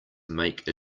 make